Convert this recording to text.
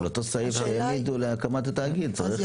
על אותו סעיף שהעמידו להקמת התאגיד צריך